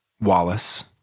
Wallace